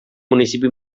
municipi